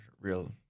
Real